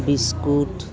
biscuit